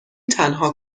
تنها